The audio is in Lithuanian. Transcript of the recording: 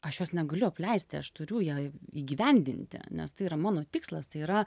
aš jos negaliu apleisti aš turiu ją įgyvendinti nes tai yra mano tikslas tai yra